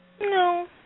No